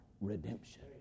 redemption